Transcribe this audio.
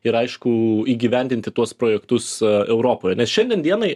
ir aišku įgyvendinti tuos projektus europoje nes šiandien dienai